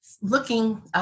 looking